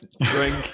Drink